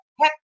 heck